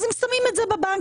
אז הם שמים את זה בבנק.